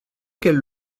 qu’elle